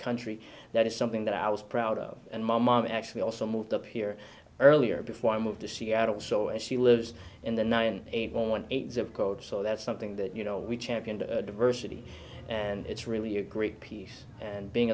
country that is something that i was proud of and my mom actually also moved up here earlier before i moved to seattle so and she lives in the nine eight point eight zip code so that's something that you know we championed diversity and it's really a great piece and being